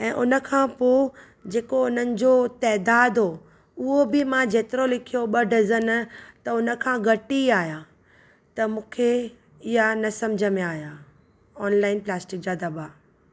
ऐं हुन खां पोइ जेको हुननि जो तइदाद हो उहो भी मां जेतिरो लिखियो ॿ डज़न त हुन खां घटि ई आया त मूंखे इहा न समुझ में आया ऑनलाइन प्लास्टिक जा दॿा